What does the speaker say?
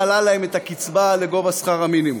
מעלה להם את הקצבה לגובה שכר המינימום.